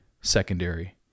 secondary